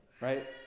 Right